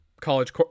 college